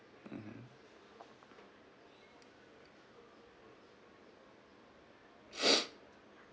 mmhmm